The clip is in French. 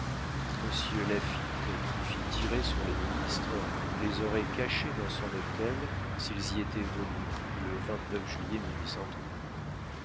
monsieur laffitte qui fit tirer sur les ministres les aurait cachés dans son hôtel s'ils y étaient venus le juillet